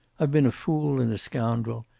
i'd been a fool and a scoundrel,